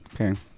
Okay